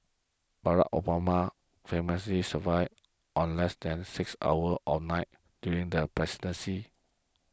Barack Obama famously survived on less than six hours a night during the presidency